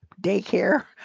daycare